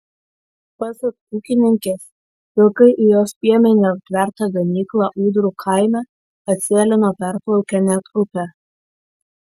pasak ūkininkės vilkai į jos piemeniu aptvertą ganyklą ūdrų kaime atsėlino perplaukę net upę